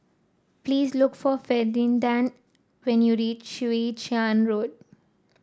please look for Ferdinand when you reach Chwee Chian Road